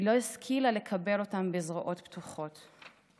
היא לא השכילה לקבל אותה בזרועות פתוחות.